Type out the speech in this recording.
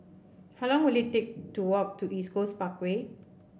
how long will it take to walk to East Coast Parkway